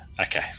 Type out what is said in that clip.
Okay